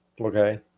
Okay